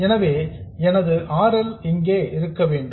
எனவே எனது R L இங்கே இருக்க வேண்டும்